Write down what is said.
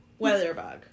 Weatherbug